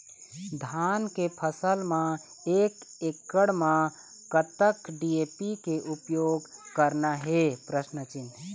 धान के फसल म एक एकड़ म कतक डी.ए.पी के उपयोग करना हे?